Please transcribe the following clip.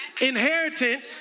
Inheritance